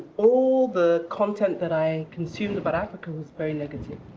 all the content that i consumed about africa was very negative.